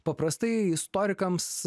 paprastai istorikams